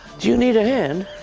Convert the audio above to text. do you need a hand?